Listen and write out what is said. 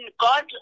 God